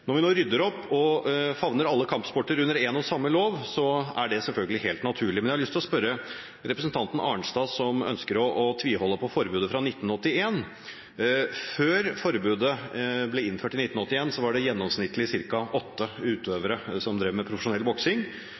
Når vi nå rydder opp og favner all kampsport i én og samme lov, er det selvfølgelig helt naturlig. Men jeg har lyst til å spørre representanten Arnstad, som ønsker å tviholde på forbudet fra 1981: Før forbudet ble innført i 1981, var det gjennomsnittlig ca. åtte utøvere som drev med profesjonell